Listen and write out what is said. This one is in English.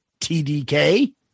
TDK